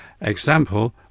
Example